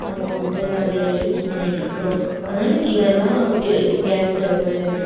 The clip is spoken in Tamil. நம்ம வந்துட்டு அதை யூஸ் பண்ணிகிட்ருக்கிறோம் அதனால் இதெல்லாம் கே கேஸ் ஸ்டவ்வு